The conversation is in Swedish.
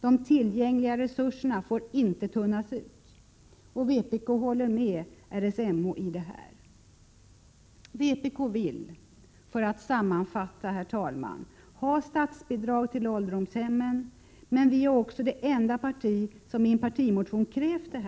De tillgängliga resurserna får inte tunnas ut. Vpk håller med RSMH i denna fråga. Vpk vill sammanfattningsvis, herr talman, att statsbidrag skall ges till Prot. 1987/88:126 ålderdomshemmen, och vi är det enda parti som i en partimotion krävt detta.